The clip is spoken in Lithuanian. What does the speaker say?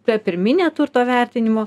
ta pirminė turto vertinimo